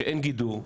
שאין גידור,